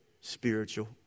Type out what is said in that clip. spiritual